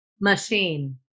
machine